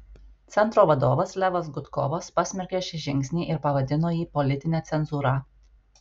centro vadovas levas gudkovas pasmerkė šį žingsnį ir pavadino jį politine cenzūra